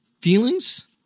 Feelings